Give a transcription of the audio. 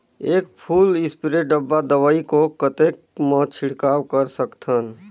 एक full spray डब्बा दवाई को कतेक म छिड़काव कर सकथन?